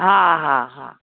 हा हा हा